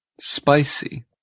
spicy